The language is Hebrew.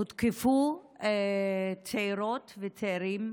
הותקפו צעירות וצעירים,